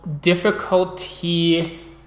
Difficulty